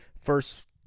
first